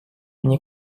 мне